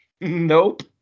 Nope